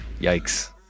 Yikes